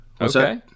Okay